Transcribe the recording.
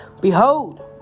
Behold